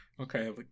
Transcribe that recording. okay